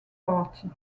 party